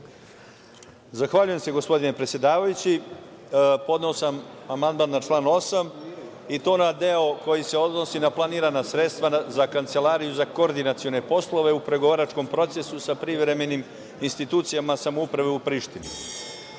Zahvaljujem se, gospodine predsedavajući. Podneo sam amandman na član 8. i to na deo koji se odnosi na planirana sredstva za Kancelariju za koordinacione poslove u pregovaračkom procesu sa privremenim institucijama samouprave u Prištini.U